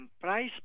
price